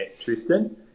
Tristan